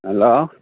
hello